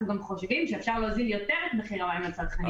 וחושבים גם שאפשר להוזיל יותר את מחיר המים לצרכנים.